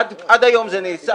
עד היום זה נעשה.